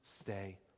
stay